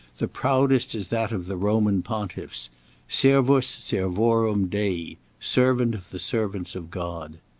the proudest is that of the roman pontiffs servus servorum dei servant of the servants of god.